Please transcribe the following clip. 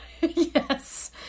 Yes